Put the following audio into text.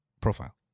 profile